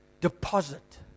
deposit